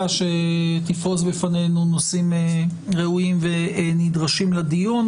שתפרוש בפנינו נושאים ראויים ונדרשים לדיון,